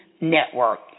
Network